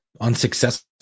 unsuccessful